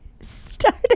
started